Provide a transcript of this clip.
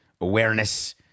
awareness